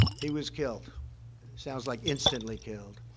he was killed sounds like instantly killed.